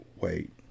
Wait